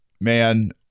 man